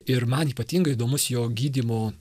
ir man ypatingai įdomus jo gydymo